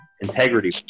integrity